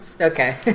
okay